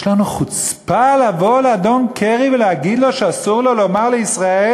יש לנו חוצפה לבוא לאדון קרי ולהגיד לו שאסור לו לומר לישראל,